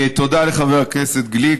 תודה לחבר הכנסת גליק,